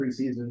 preseason